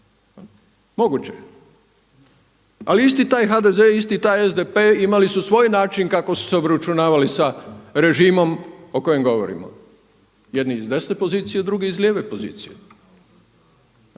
moguće je. Ali isti taj HDZ-e i isti taj SDP-e imali su svoj način kako su se obračunavali sa režimom o kojem govorimo. Jedni s desne pozicije, drugi iz lijeve pozicije.